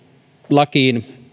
lakiin